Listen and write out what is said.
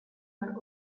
were